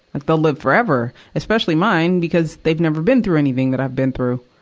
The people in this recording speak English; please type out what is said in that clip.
like they'll live forever. especially mine, because they've never been through anything that i've been through.